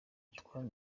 utwara